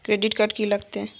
Credit card की लागत?